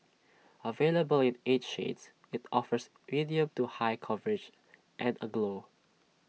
available in eight shades IT offers medium to high coverage and A glow